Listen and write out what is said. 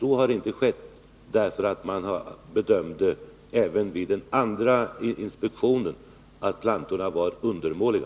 Så har inte skett, eftersom man även vid den andra inspektionen gjorde bedömningen att plantorna var undermåliga.